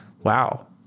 Wow